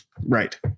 right